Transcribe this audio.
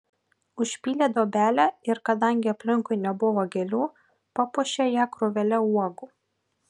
užpylė duobelę ir kadangi aplinkui nebuvo gėlių papuošė ją krūvele uogų